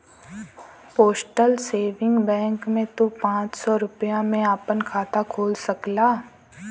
postal saving bank में तू पांच सौ रूपया में आपन खाता खोल सकला